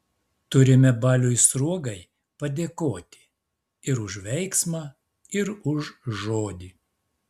turime baliui sruogai padėkoti ir už veiksmą ir už žodį